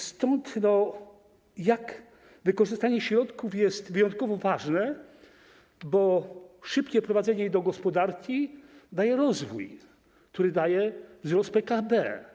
Stąd wykorzystanie środków jest wyjątkowo ważne, bo szybkie wprowadzenie ich do gospodarki daje rozwój, który powoduje wzrost PKB.